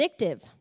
addictive